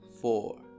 four